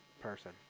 person